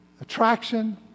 Attraction